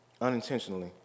unintentionally